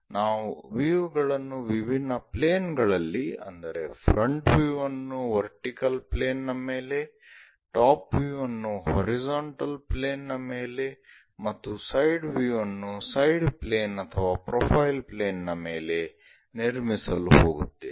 ನಾವು ವ್ಯೂ ಗಳನ್ನು ವಿಭಿನ್ನ ಪ್ಲೇನ್ ಗಳಲ್ಲಿ ಅಂದರೆ ಫ್ರಂಟ್ ವ್ಯೂ ಅನ್ನು ವರ್ಟಿಕಲ್ ಪ್ಲೇನ್ ನ ಮೇಲೆ ಟಾಪ್ ವ್ಯೂ ಅನ್ನು ಹಾರಿಜಾಂಟಲ್ ಪ್ಲೇನ್ ನ ಮೇಲೆ ಮತ್ತು ಸೈಡ್ ವ್ಯೂ ಅನ್ನು ಸೈಡ್ ಪ್ಲೇನ್ ಅಥವಾ ಪ್ರೊಫೈಲ್ ಪ್ಲೇನ್ ನ ಮೇಲೆ ನಿರ್ಮಿಸಲು ಹೋಗುತ್ತೇವೆ